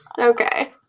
okay